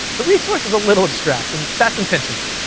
a resource is a little abstract, and that's intentional.